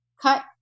cut